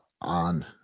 on